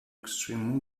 extreme